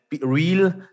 real